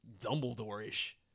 Dumbledore-ish